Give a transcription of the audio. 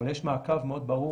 אבל יש מעקב מאוד ברור